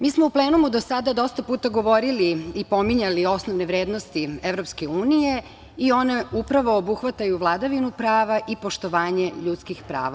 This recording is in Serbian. Mi smo u plenumu do sada dosta puta govorili i pominjali osnovne vrednosti EU i one, upravo obuhvataju vladavinu prava i poštovanje ljudskih prava.